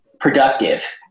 Productive